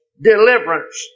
Deliverance